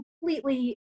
completely